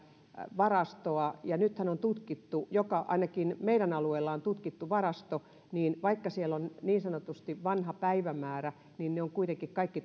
varastoa ja nythän on tutkittu joka alueella ainakin meidän alueellamme varasto ja vaikka siellä on niin sanotusti vanha päivämäärä niin ne on kuitenkin kaikki